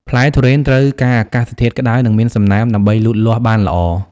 ផ្លែទុរេនត្រូវការអាកាសធាតុក្តៅនិងមានសំណើមដើម្បីលូតលាស់បានល្អ។